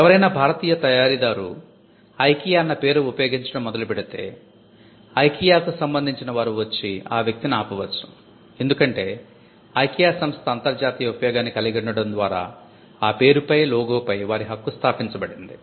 ఎవరైనా భారతీయ తయారీదారు IKEA అన్న పేరు ఉపయోగించడం మొదలుపెడితే IKEA కు సంబందించిన వారు వచ్చి ఆ వ్యక్తిని ఆపవచ్చు ఎందుకంటే IKEA సంస్థ అంతర్జాతీయ ఉపయోగాన్ని కలిగిఉండడం ద్వారా ఆ పేరుపై లోగో పై వారి హక్కు స్థాపించబడింది